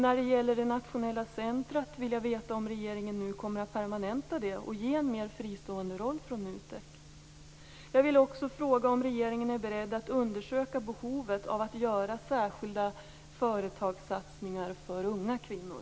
När det gäller det nationella centrumet vill jag veta om regeringen kommer att permanenta det och ge det en mer fristående roll i förhållande till NUTEK. Jag vill också fråga om regeringen är beredd att undersöka behovet av att göra särskilda företagssatsningar för unga kvinnor.